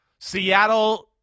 Seattle